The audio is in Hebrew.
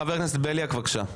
חבר הכנסת בליאק, בבקשה.